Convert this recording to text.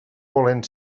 volent